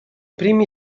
primi